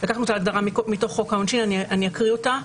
אני אקריא אותה: